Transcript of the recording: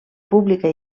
pública